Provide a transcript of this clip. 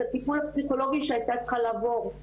הטיפול הפסיכולוגי שהייתה צריכה לעבוד,